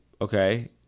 okay